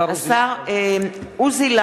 השר עוזי,